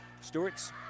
Stewart's